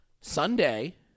Sunday